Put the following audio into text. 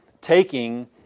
taking